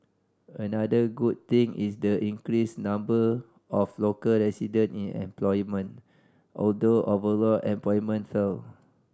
another good thing is the increased number of local resident in employment although overall employment fell